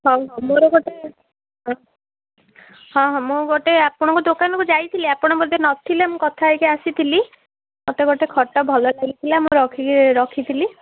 ହଉ ହଉ ମୋର ଗୋଟେ ହଁ ହଁ ମୁଁ ଗୋଟେ ଆପଣଙ୍କ ଦୋକାନକୁ ଯାଇଥିଲି ଆପଣ ବୋଧେ ନଥିଲେ ମୁଁ କଥା ହେଇକି ଆସିଥିଲି ମୋତେ ଗୋଟେ ଖଟ ଭଲ ଲାଗିଥିଲା ମୁଁ ରଖିକି ରଖିଥିଲି